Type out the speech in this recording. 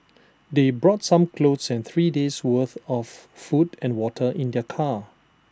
they brought some clothes and three days' worth of food and water in their car